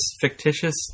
fictitious